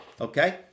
Okay